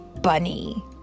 bunny